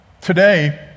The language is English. Today